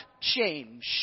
change